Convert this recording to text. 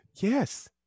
Yes